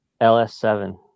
ls7